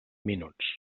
minuts